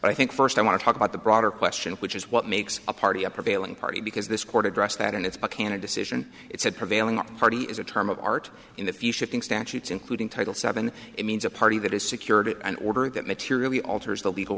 yes i think first i want to talk about the broader question which is what makes a party a prevailing party because this court address that and it's a can a decision it said prevailing up party is a term of art in a few shipping statutes including title seven it means a party that has secured an order that materially alters the legal